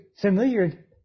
familiar